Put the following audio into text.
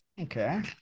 Okay